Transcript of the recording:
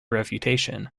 refutation